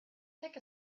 take